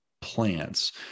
plants